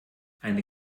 eine